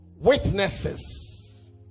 witnesses